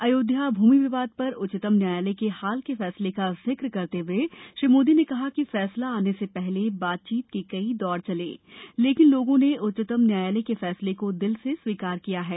अयोध्या भूमि विवाद पर उच्चतम न्यायालय के हाल के फैसले का जिक्र करते हुए प्रधानमंत्री ने कहा कि फैसला आने से पहले बातचीत के कई दौर चले लेकिन लोगों ने उच्चतम न्यायालय के फैसले को दिल से स्वीकार किया है